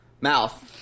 mouth